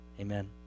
Amen